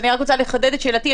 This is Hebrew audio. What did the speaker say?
אני רוצה לחדד את שאלתי.